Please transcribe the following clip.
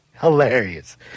hilarious